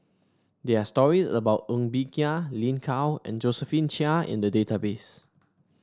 there are stories about Ng Bee Kia Lin Gao and Josephine Chia in the database